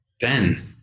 Ben